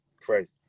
crazy